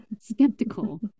skeptical